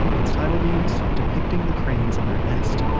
its title means depicting the cranes in their nest.